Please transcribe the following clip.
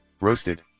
Roasted